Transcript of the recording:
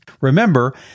Remember